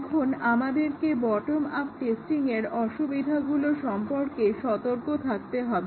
এখন আমাদেরকে bottom up টেস্টিংয়ের অসুবিধাগুলো সম্পর্কে সতর্ক থাকতে হবে